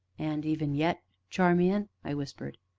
and even yet, charmian? i whispered.